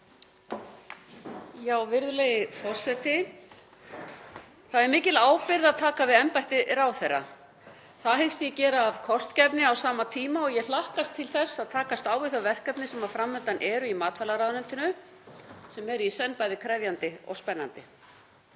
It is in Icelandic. Virðulegi forseti. Það er mikil ábyrgð að taka við embætti ráðherra. Það hyggst ég gera af kostgæfni á sama tíma og ég hlakka til að takast á við þau verkefni sem fram undan eru í matvælaráðuneytinu sem eru í senn bæði krefjandi og spennandi.